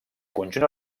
conjunt